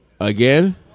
Again